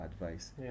advice